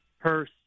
purse